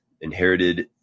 inherited